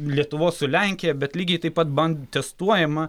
lietuvos su lenkija bet lygiai taip pat ban testuojama